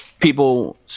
people